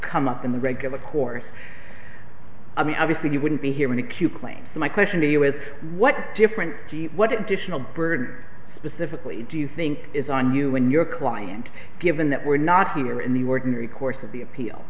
come up in the regular court i mean obviously you wouldn't be hearing a q plan so my question to you with what different what edition of bird specifically do you think is on you when your client given that we're not here in the ordinary course of the appeal